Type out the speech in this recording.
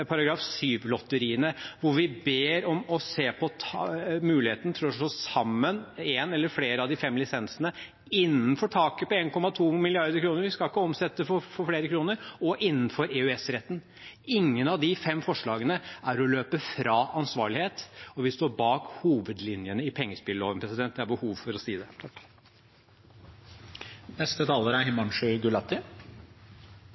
muligheten for å slå sammen en eller flere av de fem lisensene innenfor taket på 1,2 mrd. kr – vi skal ikke omsette for flere kroner – og innenfor EØS-retten. Ingen av de fem forslagene er å løpe fra ansvarlighet, og vi står bak hovedlinjene i pengespilloven. Det er behov for å si det.